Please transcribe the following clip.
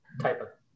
type